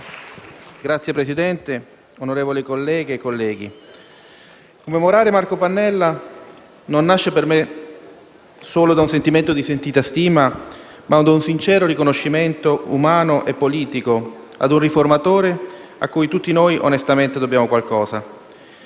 Signor Presidente, onorevoli colleghe e colleghi, il fatto di commemorare Marco Pannella non nasce per me solo da un sentimento di sentita stima, ma da un sincero riconoscimento umano e politico ad un riformatore cui tutti noi - onestamente - dobbiamo qualcosa.